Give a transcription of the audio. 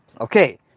Okay